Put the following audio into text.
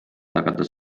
tagada